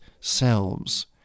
selves